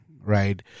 right